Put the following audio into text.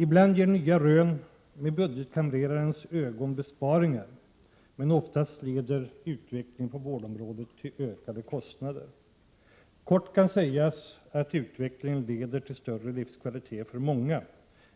Ibland ger nya rön — med budgetkamrerarens ögon — besparingar, men oftast leder utvecklingen på vårdområdet till ökande kostnader. Kort kan sägas att utvecklingen leder till större livskvalitet för många